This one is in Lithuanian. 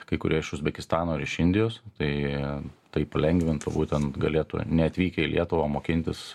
kai kurie iš uzbekistano ir iš indijos tai tai palengvintų būtent galėtų neatvykę į lietuvą mokintis